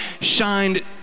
shined